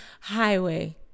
highway